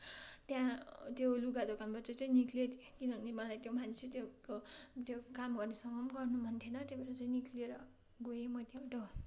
त्यहाँ त्यो लुगा दोकानबाट चाहिँ निक्लेको थिएँ किनभने मलाई त्यो मान्छे त्यसको त्यो काम गर्नेसँग पनि गर्नु मन थिएन त्यही भएर चाहिँ निस्केर गएँ म त्यहाँबाट